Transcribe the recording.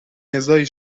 نزاعی